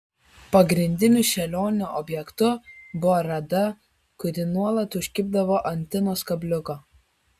pagrindiniu šėlionių objektu buvo rada kuri nuolat užkibdavo ant tinos kabliuko